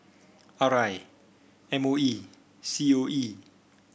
R I M O E C O E